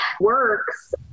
works